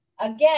again